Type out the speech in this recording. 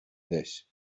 this